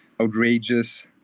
outrageous